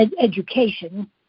education